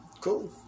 cool